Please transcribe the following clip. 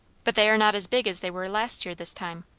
but they are not as big as they were last year this time.